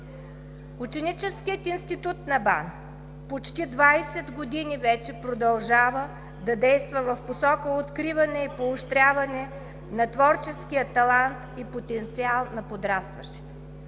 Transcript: Ученическият институт на БАН почти 20 години вече продължава да действа в посока откриване и поощряване на творческия талант и потенциал на подрастващите.